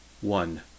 one